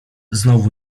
znowu